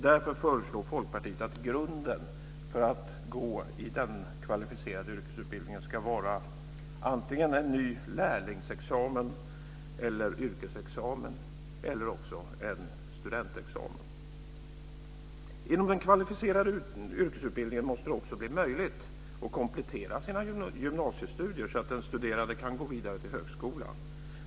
Därför föreslår Folkpartiet att grunden för att gå i den kvalificerade yrkesutbildningen ska vara antingen en ny lärlingsexamen eller yrkesexamen eller också en studentexamen. Inom den kvalificerade yrkesutbildningen måste det också bli möjligt att komplettera sina gymnasiestudier så att den studerande kan gå vidare till högskola.